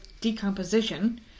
decomposition